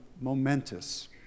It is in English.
momentous